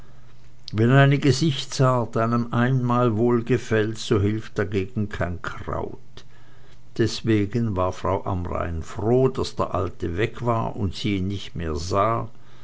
wenn eine gesichtsart einem einmal wohlgefällt so hilft hiegegen kein kraut deswegen war frau amrain froh daß der alte weg war und sie ihn nicht mehr sah